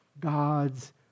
God's